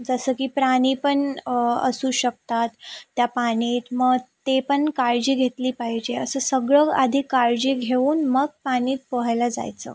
जसं की प्राणी पण असू शकतात त्या पाण्यात मग ते पण काळजी घेतली पाहिजे असं सगळं आधी काळजी घेऊन मग पाण्यात पोहायला जायचं